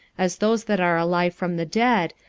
as those that are alive from the dead,